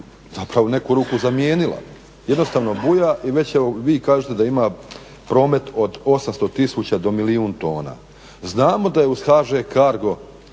zapravo u neku ruku zamijenila jednostavno buja i već evo vi kažete da ima promet od 800 000 do milijun tona. Znamo da je uz HŽ-Cargo